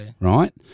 Right